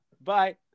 Bye